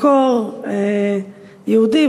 מקור יהודי,